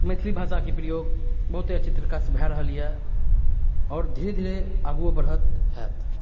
मैथिली भाषाके प्रयोग बहुते अच्छा तरीकासँ भए रहल यऽ आओर धीरे धीरे आगुओ बढ़त हैत